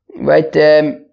Right